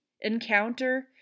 encounter